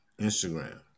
Instagram